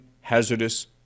hazardous